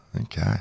Okay